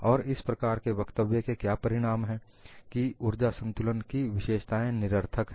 और इस प्रकार के वक्तव्य के क्या परिणाम हैं कि ऊर्जा संतुलन की विशेषताएं निरर्थक है